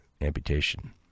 amputation